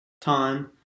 time